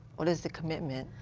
what is the commitment?